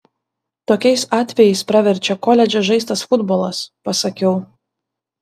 tokiais atvejais praverčia koledže žaistas futbolas pasakiau